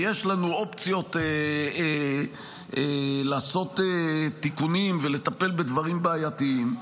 ויש לנו אופציות לעשות תיקונים ולטפל בדברים בעייתיים,